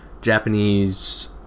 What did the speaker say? Japanese